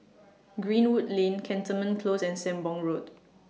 Greenwood Lane Cantonment Close and Sembong Road